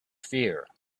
fear